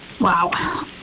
Wow